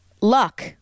luck